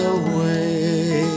away